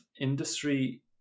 industry